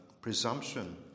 presumption